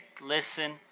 Listen